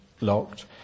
locked